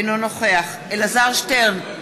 אינו נוכח אלעזר שטרן,